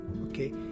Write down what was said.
okay